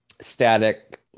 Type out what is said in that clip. static